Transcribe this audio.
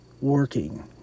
working